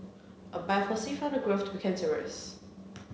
a biopsy found the growth to be cancerous